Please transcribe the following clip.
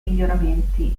miglioramenti